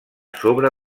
sobre